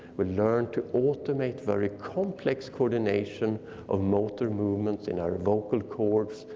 we learn to automate very complex coordination of motor movements in our vocal cords,